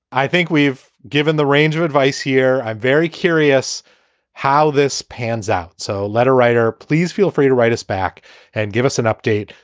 i think we've given the range of advice here. very curious how this pans out. so, letter writer, please feel free to write us back and give us an update.